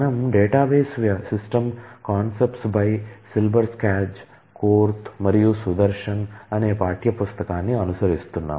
మనం database system concept by Silberschatz Korth మరియు సుదర్శన్ అనే పాఠ్యపుస్తకాన్ని అనుసరిస్తున్నాం